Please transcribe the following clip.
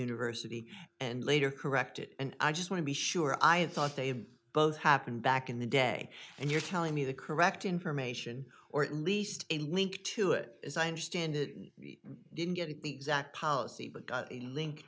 university and later corrected and i just want to be sure i thought they both happened back in the day and you're telling me the correct information or at least a link to it as i understand it didn't get the exact policy but got a link